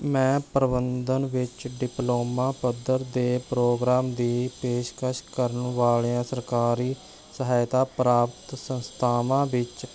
ਮੈਂ ਪ੍ਰਬੰਧਨ ਵਿੱਚ ਡਿਪਲੋਮਾ ਪੱਧਰ ਦੇ ਪ੍ਰੋਗਰਾਮ ਦੀ ਪੇਸ਼ਕਸ਼ ਕਰਨ ਵਾਲੀਆਂ ਸਰਕਾਰੀ ਸਹਾਇਤਾ ਪ੍ਰਾਪਤ ਸੰਸਥਾਵਾਂ ਵਿੱਚ